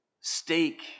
steak